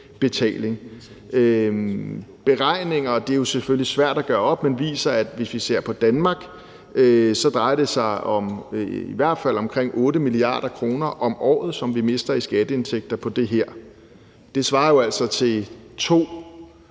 skattebetaling. Beregninger, og det er jo selvfølgelig svært at gøre op, viser, at hvis vi ser på Danmark, drejer det sig om i hvert fald 8 mia. kr. om året, som vi mister i skatteindtægter på det her. Det svarer jo altså til to